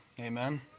amen